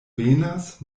venas